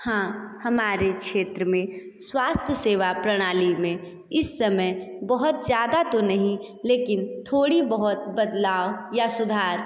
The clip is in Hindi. हाँ हमारे क्षेत्र में स्वास्थ्य सेवा प्रणाली में इस समय बहुत ज़्यादा तो नहीं लेकिन थोड़ी बहुत बदलाव या सुधार